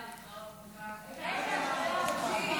סעיפים 1 3 נתקבלו.